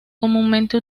comúnmente